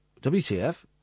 WTF